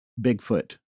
Bigfoot